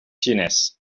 xinès